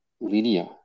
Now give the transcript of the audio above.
linear